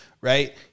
right